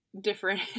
different